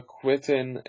quitting